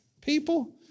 people